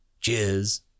Cheers